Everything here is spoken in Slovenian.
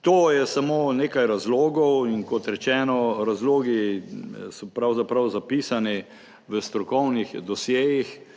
To je samo nekaj razlogov in kot rečeno, razlogi so pravzaprav zapisani v strokovnih dosjejih,